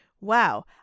Wow